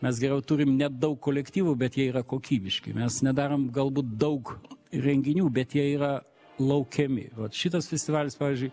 mes geriau turim nedaug kolektyvų bet jie yra kokybiški mes nedarom galbūt daug renginių bet jie yra laukiami vat šitas festivalis pavyzdžiui